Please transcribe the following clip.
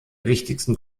wichtigsten